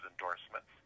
endorsements